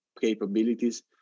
capabilities